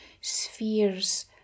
spheres